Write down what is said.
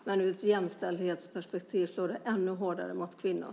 Men ur ett jämställdhetsperspektiv slår det ännu hårdare mot kvinnor.